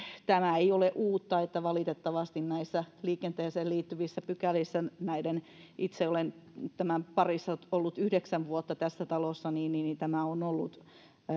tämä ei ole uutta valitettavasti näissä liikenteeseen liittyvissä pykälissä itse olen näiden parissa ollut yhdeksän vuotta tässä talossa ja tämä on ollut